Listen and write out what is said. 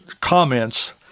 comments